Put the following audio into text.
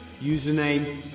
Username